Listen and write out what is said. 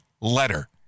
letter